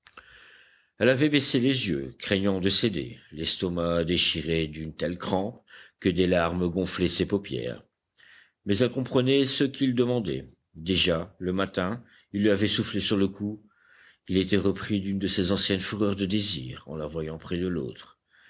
elle avait baissé les yeux craignant de céder l'estomac déchiré d'une telle crampe que des larmes gonflaient ses paupières mais elle comprenait ce qu'il demandait déjà le matin il lui avait soufflé sur le cou il était repris d'une de ses anciennes fureurs de désir en la voyant près de l'autre